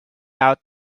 out